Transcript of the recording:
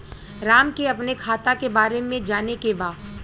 राम के अपने खाता के बारे मे जाने के बा?